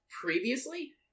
previously